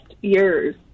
years